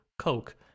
Coke